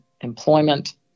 employment